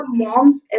mom's